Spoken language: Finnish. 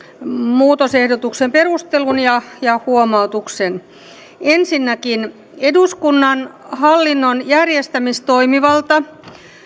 muutosehdotuksen perustelun ja ja huomautuksen ensinnäkin eduskunnan hallinnon järjestämistoimivalta